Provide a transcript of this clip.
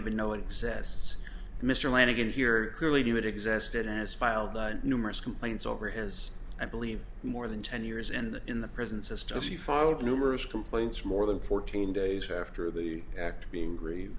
even know it exists mr lanigan here clearly knew it existed as filed numerous complaints over as i believe more than ten years and in the prison system she filed numerous complaints more than fourteen days after the act being grieved